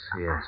yes